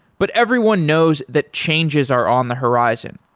but everyone knows that changes are on the horizon.